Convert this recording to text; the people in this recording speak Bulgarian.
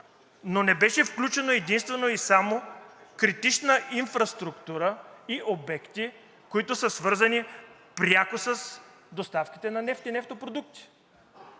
но не беше включено единствено и само критична инфраструктура и обекти, които са свързани пряко с доставките на нефт и нефтопродукти.